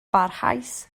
barhaus